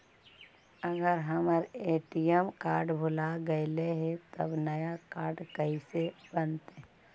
अगर हमर ATM card भुला गैलै हे तब नया काड कइसे बनतै?